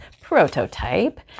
prototype